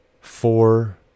four